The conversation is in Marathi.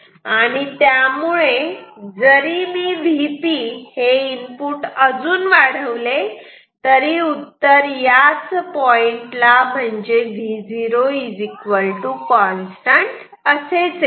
आणि त्यामुळे जरी मी Vp इनपुट अजून वाढवले तरी उत्तर याच पॉइंटला म्हणजेच Vo कॉन्स्टंट असेच येते